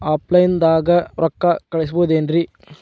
Offline ದಾಗ ರೊಕ್ಕ ಕಳಸಬಹುದೇನ್ರಿ?